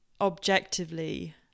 objectively